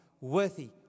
worthy